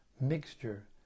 mixture